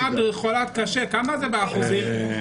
חולה קשה אחת,